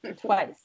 Twice